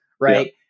right